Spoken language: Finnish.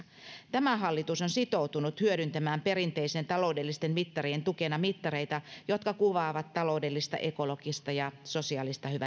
tämä hallitus on sitoutunut hyödyntämään perinteisten taloudellisten mittarien tukena mittareita jotka kuvaavat taloudellista ekologista ja sosiaalista